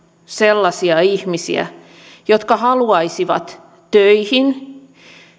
sellaisia ihmisiä jotka haluaisivat töihin